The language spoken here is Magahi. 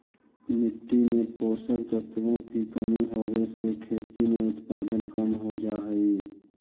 मिट्टी में पोषक तत्वों की कमी होवे से खेती में उत्पादन कम हो जा हई